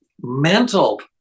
mental